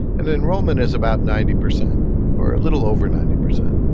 and enrolment is about ninety percent or a little over ninety percent.